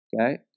Okay